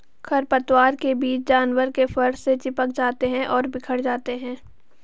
खरपतवार के बीज जानवर के फर से चिपक जाते हैं और बिखर जाते हैं